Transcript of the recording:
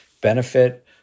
benefit